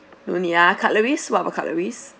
no need ah cutleries what about cutleries